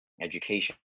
education